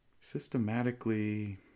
systematically